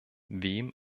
wem